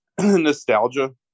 nostalgia